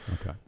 Okay